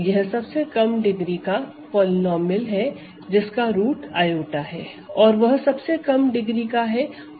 यह सबसे कम डिग्री का पॉलीनोमिअल है जिसका रूट i है और वह सबसे कम डिग्री का है ओवर R या ओवर Q